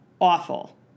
awful